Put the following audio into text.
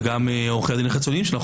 וגם עורכי דין חיצוניים שאנו